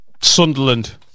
Sunderland